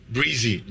Breezy